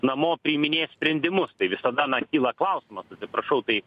namo priiminės sprendimus tai visada na kyla klausimas atsiprašau tai